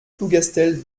plougastel